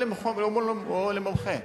או למומחה.